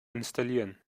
installieren